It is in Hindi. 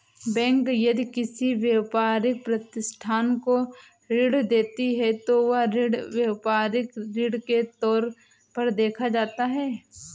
बैंक यदि किसी व्यापारिक प्रतिष्ठान को ऋण देती है तो वह ऋण व्यापारिक ऋण के तौर पर देखा जाता है